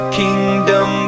kingdom